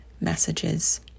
messages